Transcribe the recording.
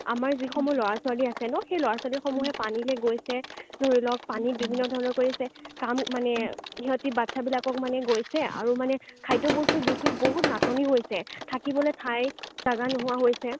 আমাৰ যিসমূহ ল'ৰা ছোৱালী আছে ন সেই ল'ৰা ছোৱালীসমূহে পানীলৈ গৈছে ধৰিলক পানীত বিভিন্ন ধৰণৰ কৰিছে কাম মানে সিহঁতি বাচ্ছাবিলাকক মানে গৈছে আৰু মানে খাদ্য বস্তু বিশেষ বহুত নাটনি হৈছে থাকিবলৈ ঠাই জাগা নোহোৱা হৈছে